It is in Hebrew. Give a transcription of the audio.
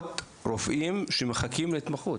מאות רופאים שמחכים להתמחות,